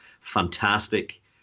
fantastic